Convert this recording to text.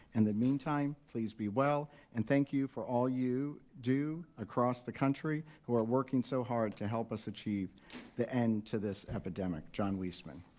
and the meantime, please be well and thank you for all you do across the country who are working so hard to help us achieve the end to this epidemic. john weisman.